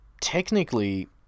Technically